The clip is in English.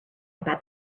about